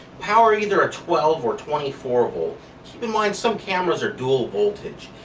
power either a twelve or twenty four volt. keep in mind some cameras are dual voltage.